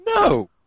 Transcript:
No